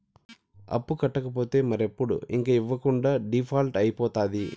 అప్పు కట్టకపోతే మరెప్పుడు ఇంక ఇవ్వకుండా డీపాల్ట్అయితాది